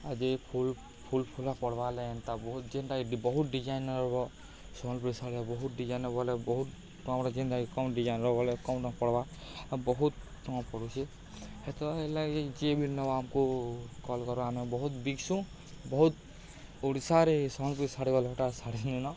ଆଜି ଫୁଲ ଫୁଲ ଫୁଲା ପଡ଼୍ବା ଲେ ଏନ୍ତା ବହୁତ ଯେନ୍ତାକି ବହୁତ ଡିଜାଇନର ସମ୍ବଲପୁରୀ ଶାଢ଼ୀ ବହୁତ ଡିଜାଇନର ବଲେ ବହୁତ କମ୍ ର ଯେନ୍ତାକି କମ୍ ଡିଜାଇନର ବଲେ କମ୍ ନ ପଡ଼୍ବା ଆ ବହୁତ ଟଙ୍କା ପଡ଼ୁଛି ହେତ ହେଲାଗି ଯିଏ ମିିଲ୍ ନବା ଆମକୁ କଲ୍ କର ଆମେ ବହୁତ ବିକସୁଁ ବହୁତ ଓଡ଼ିଶାରେ ସମ୍ବଲପୁରୀ ଶାଢ଼ୀ ଗଲେ ଏଇଟା ଶାଢ଼ୀ ନିନ